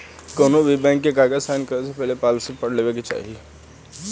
कौनोभी बैंक के कागज़ साइन करे से पहले पॉलिसी पढ़ लेवे के चाही